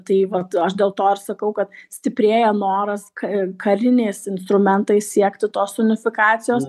tai vat aš dėl to ir sakau kad stiprėja noras ka kariniais instrumentais siekti tos unifikacijos